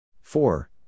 Four